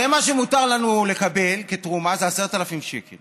הרי מה שמותר לנו לקבל כתרומה זה 10,000 שקל,